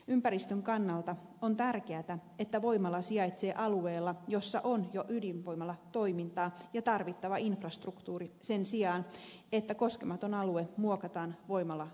ympäristön kannalta on tärkeätä että voimala sijaitsee alueella jolla on jo ydinvoimalatoimintaa ja tarvittava infrastruktuuri sen sijaan että koskematon alue muokataan voimala alueeksi